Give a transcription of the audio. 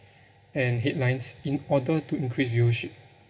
and headlines in order to increase viewership